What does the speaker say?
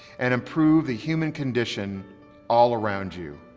and improve the human condition all around you.